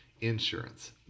insurance